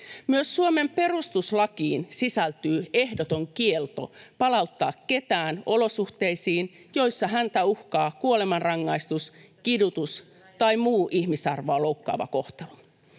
Myös Suomen perustuslakiin sisältyy ehdoton kielto palauttaa ketään olosuhteisiin, joissa häntä uhkaa kuolemanrangaistus, kidutus tai muu ihmisarvoa loukkaava kohtelu.